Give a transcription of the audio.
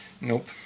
Nope